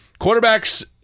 Quarterbacks